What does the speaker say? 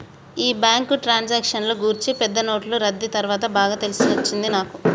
ఈ బ్యాంకు ట్రాన్సాక్షన్ల గూర్చి పెద్ద నోట్లు రద్దీ తర్వాత బాగా తెలిసొచ్చినది నాకు